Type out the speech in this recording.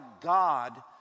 God